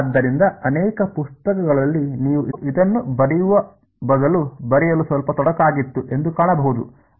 ಆದ್ದರಿಂದ ಅನೇಕ ಪುಸ್ತಕಗಳಲ್ಲಿ ನೀವು ಇದನ್ನು ಬರೆಯುವ ಬದಲು ಬರೆಯಲು ಸ್ವಲ್ಪ ತೊಡಕಾಗಿತ್ತು ಎಂದು ಕಾಣಬಹುದು